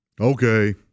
Okay